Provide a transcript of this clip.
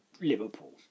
Liverpool